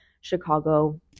Chicago